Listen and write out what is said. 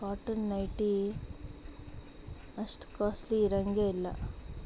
cotton nighty ಅಷ್ಟು costly ಇರಂಗೇ ಇಲ್ಲ